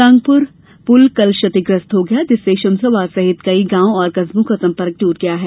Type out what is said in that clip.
कांगपुर पुल कल क्षतिग्रस्त हो गया जिससे शमशाबाद सहित कई गांव और कस्बो का संपर्क ट्रट गया है